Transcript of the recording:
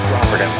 Robert